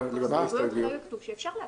בהסתייגויות כרגע כתוב שאפשר להגיש.